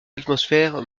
atmosphère